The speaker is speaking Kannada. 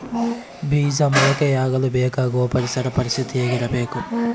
ಬೇಜ ಮೊಳಕೆಯಾಗಲು ಬೇಕಾಗುವ ಪರಿಸರ ಪರಿಸ್ಥಿತಿ ಹೇಗಿರಬೇಕು?